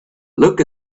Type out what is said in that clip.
look